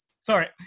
Sorry